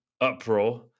uproar